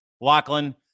Lachlan